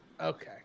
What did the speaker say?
okay